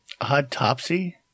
Autopsy